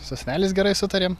su seneliais gerai sutarėm